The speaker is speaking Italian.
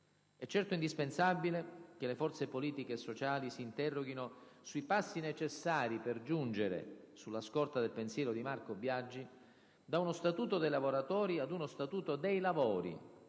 È certo indispensabile che le forze politiche e sociali si interroghino sui passi necessari per giungere, sulla scorta del pensiero di Marco Biagi, da uno Statuto dei lavoratori ad uno Statuto dei «lavori»,